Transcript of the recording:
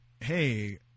hey